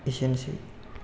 एसेनोसै